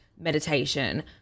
meditation